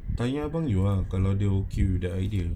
tanya abang juga ah kalau dia okay with the idea